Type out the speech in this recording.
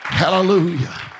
Hallelujah